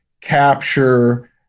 capture